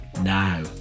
Now